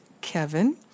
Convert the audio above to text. Kevin